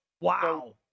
Wow